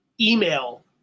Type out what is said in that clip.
email